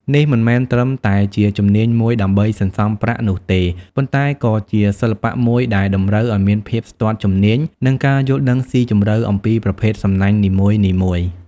នេះមិនមែនត្រឹមតែជាជំនាញមួយដើម្បីសន្សំប្រាក់នោះទេ ប៉ុន្តែក៏ជាសិល្បៈមួយដែលតម្រូវឲ្យមានភាពស្ទាត់ជំនាញ និងការយល់ដឹងស៊ីជម្រៅអំពីប្រភេទសំណាញ់នីមួយៗ។